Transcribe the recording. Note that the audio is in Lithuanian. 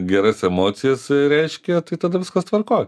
geras emocijas reiškia tai tada viskas tvarkoj